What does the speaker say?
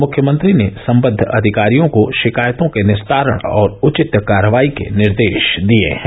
मुख्यमंत्री ने संबद्ध अधिकारियों को शिकायतों के निस्तारण और उचित कार्रवाई के निर्देश दिये हैं